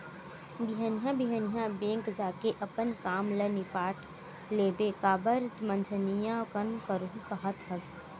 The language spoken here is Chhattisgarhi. बिहनिया बिहनिया बेंक जाके अपन काम ल निपाट लेबे काबर मंझनिया कन करहूँ काहत हस